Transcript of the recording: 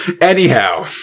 Anyhow